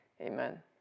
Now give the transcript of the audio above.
amen